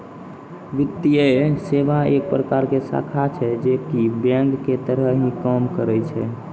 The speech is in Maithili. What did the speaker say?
वित्तीये सेवा एक प्रकार के शाखा छै जे की बेंक के तरह ही काम करै छै